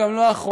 וגם לא האחרונה.